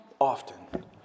often